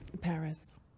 Paris